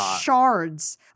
shards